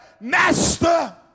Master